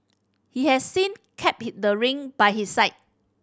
he has since kept the ring by his side